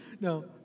No